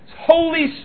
Holy